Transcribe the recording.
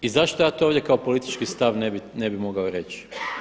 I zašto ja to ovdje kao politički stav ne bi mogao reći?